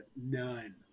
None